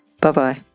Bye-bye